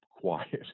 quiet